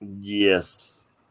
Yes